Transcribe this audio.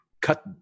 cut